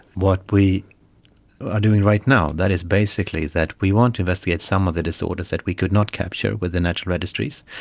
what we are doing right now, that is basically that we want to investigate some of the disorders that we could not capture with the national registries.